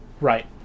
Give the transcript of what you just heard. right